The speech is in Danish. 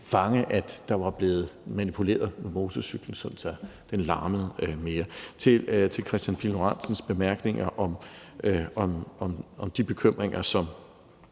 fange, at der er blevet manipuleret med motorcyklen, så den larmer mere. Med hensyn til Kristian Pihl Lorentzens bemærkninger om de bekymringer, som